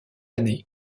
année